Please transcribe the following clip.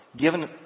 given